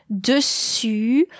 dessus